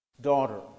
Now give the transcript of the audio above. daughter